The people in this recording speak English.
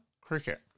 cricket